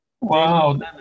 Wow